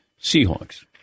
Seahawks